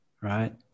Right